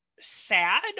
sad